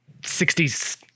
60s